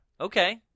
okay